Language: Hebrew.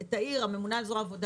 הממונה על זרוע העבודה,